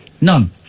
None